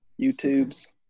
YouTubes